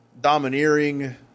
Domineering